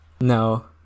No